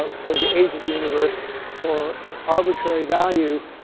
ah for the age of the universe for an arbitrary value.